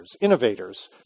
innovators